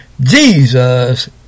Jesus